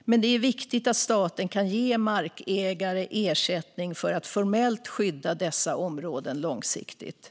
men det är viktigt att staten kan ge markägare ersättning för att formellt skydda dessa områden långsiktigt.